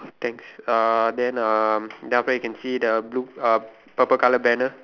thanks uh than um then after that can see the blue uh purple colour banner